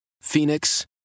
phoenix